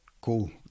cool